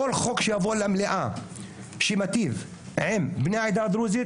כל חוק שיבוא למליאה שמיטיב עם בני העדה הדרוזית,